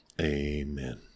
Amen